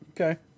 Okay